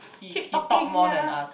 he he talk more than us